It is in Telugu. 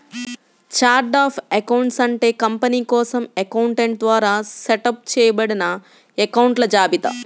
ఛార్ట్ ఆఫ్ అకౌంట్స్ అంటే కంపెనీ కోసం అకౌంటెంట్ ద్వారా సెటప్ చేయబడిన అకొంట్ల జాబితా